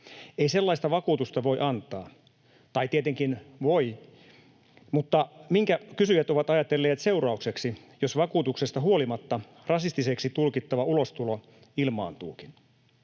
Ei sellaista vakuutusta voi antaa, tai tietenkin voi, mutta minkä kysyjät ovat ajatelleet seuraukseksi, jos vakuutuksesta huolimatta rasistiseksi tulkittava ulostulo ilmaantuukin?